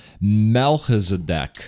Melchizedek